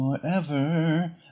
forever